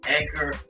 Anchor